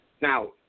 Now